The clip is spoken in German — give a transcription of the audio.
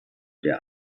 der